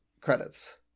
credits